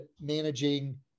managing